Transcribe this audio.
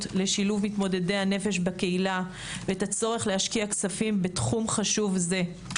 לשילוב מתמודדי הנפש בקהילה ואת הצורך להשקיע כספים בתחום חשוב זה.